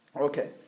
okay